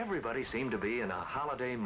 everybody seemed to be in a holiday